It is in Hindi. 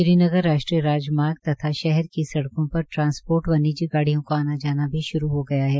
श्रीनगर राष्ट्रीय राजमार्ग तथा शहर की सड़कों पर ट्रांसपोर्ट व निजी गाड़ियों का आना जाना भी शुरू हो गया है